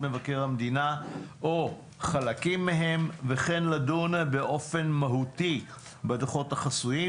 מבקר המדינה או חלקים מהם וכן לדון באופן מהותי בדוחות החסויים.